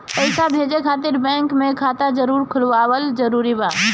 पईसा भेजे खातिर बैंक मे खाता खुलवाअल जरूरी बा?